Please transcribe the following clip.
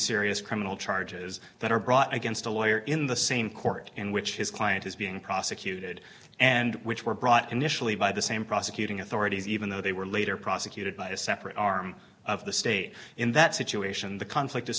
serious criminal charges that are brought against a lawyer in the same court in which his client is being prosecuted and which were brought initially by the same prosecuting authorities even though they were later prosecuted by a separate arm of the state in that situation the conflict is